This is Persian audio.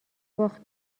باخت